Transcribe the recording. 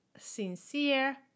sincere